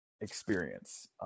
experience